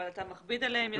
אבל אתה מכביד עליהם יותר.